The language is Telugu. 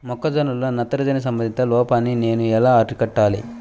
మొక్క జొన్నలో నత్రజని సంబంధిత లోపాన్ని నేను ఎలా అరికట్టాలి?